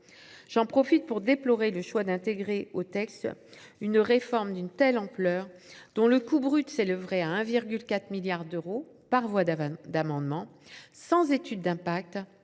J’en profite pour déplorer le choix d’inclure dans le texte une réforme d’une telle ampleur, dont le coût brut s’élèverait à 1,4 milliard d’euros, et ce par voie d’amendement, sans étude d’impact,